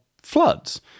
floods